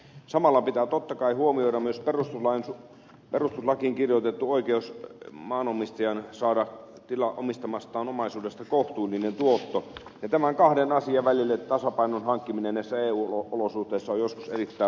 samalla pitää totta kai huomioida myös perustuslakiin kirjoitettu maanomistajan oikeus saada omistamastaan omaisuudesta kohtuullinen tuotto ja tasapainon hankkiminen näiden kahden asian välille näissä eu olosuhteissa on joskus erittäin vaikeaa